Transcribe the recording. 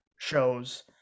shows